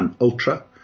Ultra